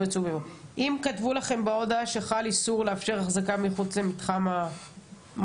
אם כתבו לכם בהודעה שחל איסור לאפשר החזקה מחוץ למתחם המועדון,